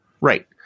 Right